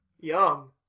young